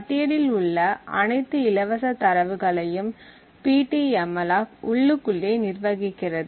பட்டியலில் உள்ள அனைத்து இலவச தரவுகளையும் ptmalloc உள்ளுக்குள்ளே நிர்வகிக்கிறது